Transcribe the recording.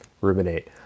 ruminate